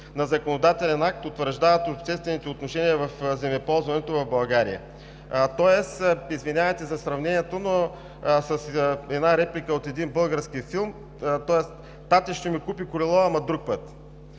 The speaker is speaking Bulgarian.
на законодателен акт, утвърждаващ обществените отношения в земеползването в България“. Тоест, извинявайте за сравнението, но с една реплика от един български филм: „Тате ще ми купи колело, ама друг път.“